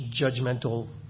judgmental